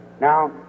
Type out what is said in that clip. Now